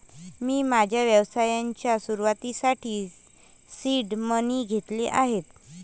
मी माझ्या व्यवसायाच्या सुरुवातीसाठी सीड मनी घेतले आहेत